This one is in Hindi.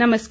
नमस्कार